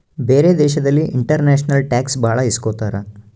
ಬೇರೆ ದೇಶದಲ್ಲಿ international tax ಭಾಳ ಇಸ್ಕೊತಾರ